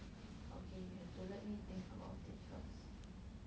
okay you have to let me think about it first